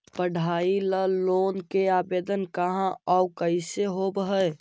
पढाई ल लोन के आवेदन कहा औ कैसे होब है?